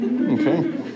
Okay